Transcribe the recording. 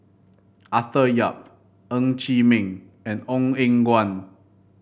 Arthur Yap Ng Chee Meng and Ong Eng Guan